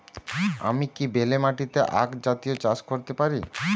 আমি কি বেলে মাটিতে আক জাতীয় চাষ করতে পারি?